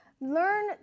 learn